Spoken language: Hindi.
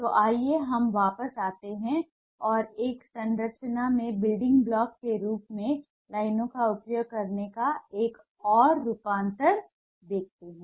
तो आइए हम वापस आते हैं और एक संरचना में बिल्डिंग ब्लॉक के रूप में लाइन का उपयोग करने का एक और रूपांतर देखते हैं